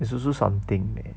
is also something eh